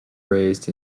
raised